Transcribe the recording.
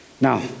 Now